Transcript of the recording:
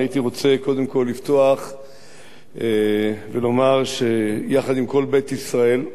אני הייתי רוצה קודם כול לפתוח ולומר שיחד עם כל בית ישראל,